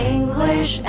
English